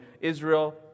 Israel